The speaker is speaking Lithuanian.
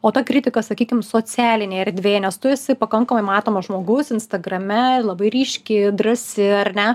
o ta kritika sakykim socialinėj erdvėj nes tu esi pakankamai matomas žmogus instagrame labai ryški drąsi ar ne